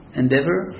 endeavor